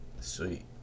sweet